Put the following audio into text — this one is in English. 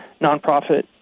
nonprofit